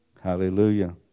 Hallelujah